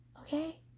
okay